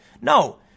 No